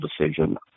decision